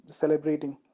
celebrating